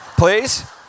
Please